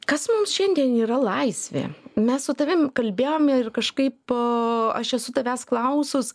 kas mums šiandien yra laisvė mes su tavim kalbėjom ir kažkaip aš esu tavęs klausus